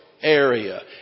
area